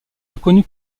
reconnu